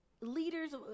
leaders